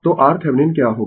तो RThevenin क्या होगा